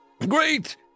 Great